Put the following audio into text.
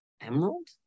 Emerald